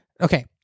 okay